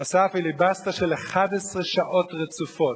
והוא עשה פיליבסטר של 11 שעות רצופות,